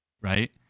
right